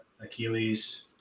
Achilles